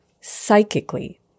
Psychically